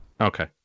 Okay